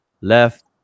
left